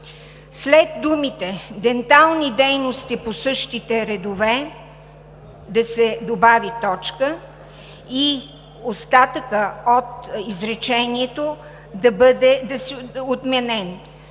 след думите „дентални дейности по същите редове“ да се добави точка и остатъкът от изречението да бъде отменен;